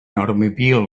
automobile